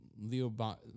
Leo